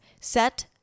Set